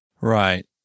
Right